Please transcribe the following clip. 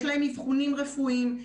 יש להם אבחונים רפואיים,